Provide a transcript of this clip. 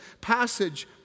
passage